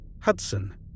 Hudson